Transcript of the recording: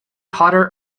hotter